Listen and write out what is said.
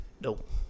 Nope